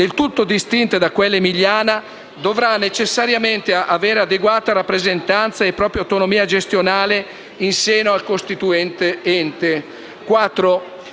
del tutto distinte da quella emiliana, dovrà necessariamente avere adeguata rappresentanza e propria autonomia gestionale in seno al costituendo ente.